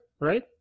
right